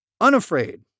unafraid